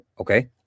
okay